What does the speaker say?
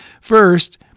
first